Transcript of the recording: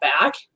back